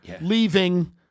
leaving